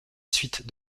suite